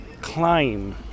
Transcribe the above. climb